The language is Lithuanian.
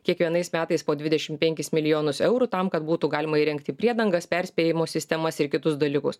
kiekvienais metais po dvidešim penkis milijonus eurų tam kad būtų galima įrengti priedangas perspėjimo sistemas ir kitus dalykus